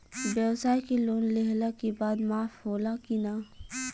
ब्यवसाय के लोन लेहला के बाद माफ़ होला की ना?